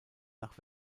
nach